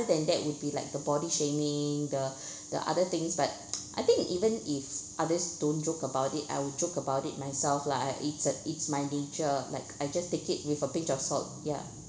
than that would be like the body shaming the the other things but I think even if others don't joke about it I would joke about it myself lah it's a it's my nature like I just take it with a pinch of salt ya